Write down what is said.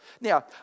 Now